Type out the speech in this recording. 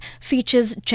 features